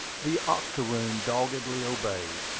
the octoroon doggedly obeyed.